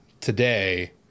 today